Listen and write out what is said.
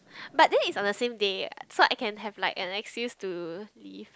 but then it's on the same day what so I can have like an excuse to leave